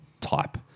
type